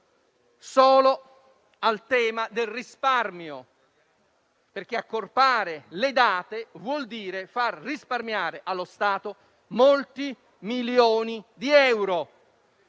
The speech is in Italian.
solo al tema del risparmio, perché accorpare le date vuol dire far risparmiare allo Stato molti milioni di euro